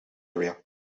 area